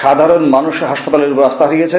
সাধারণ মানুষ হাসপাতালের উপর আস্থা হারিয়েছে